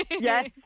Yes